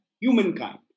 humankind